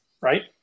right